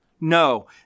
No